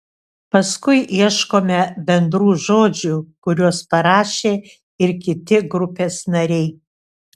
paskui ieškome bendrų žodžių kuriuos parašė ir kiti grupės nariai